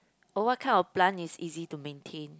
oh what kind of plant is easy to maintain